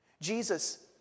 Jesus